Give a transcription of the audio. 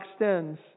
extends